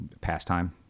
pastime